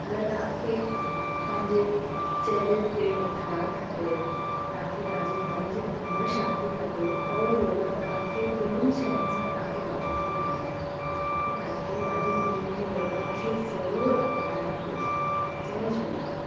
अगरि तव्हांखे पंहिंजे चहिरे ते निखारु खपे तव्हांखे पंहिंजे मन जे अंदरु शांती खपे त उहो योगा तव्हांखे ॿिन्हिनि शयुनि सां तहांखे वाक़ुफ़ु थो कराए त तव्हांखे पंहिंजी ज़िंदगीअ में योगा खे ज़रूर अपनाइण घुरिजे जय झूलेलाल